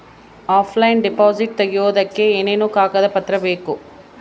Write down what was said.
Offline deposit ತೆಗಿಯೋದಕ್ಕೆ ಏನೇನು ಕಾಗದ ಪತ್ರ ಬೇಕು?